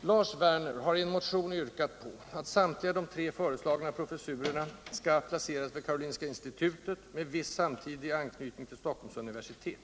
Lars Werner m.fl. har i en motion yrkat på att samtliga de tre föreslagna professurerna skall placeras vid Karolinska institutet med viss samtidig anknytning till Stockholms universitet.